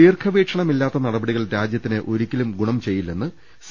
ദീർഘ വീക്ഷണമില്ലാത്ത നടപടികൾ രാജ്യത്തിന് ഒരിക്കലും ഗു ണം ചെയ്യില്ലെന്ന് സി